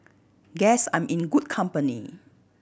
guess I'm in good company